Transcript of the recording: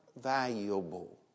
valuable